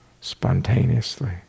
spontaneously